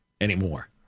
anymore